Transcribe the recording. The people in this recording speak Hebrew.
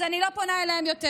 אז אני לא פונה אליהם יותר.